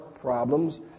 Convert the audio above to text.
problems